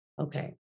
Okay